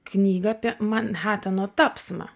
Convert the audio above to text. knygą apie manheteno tapsmą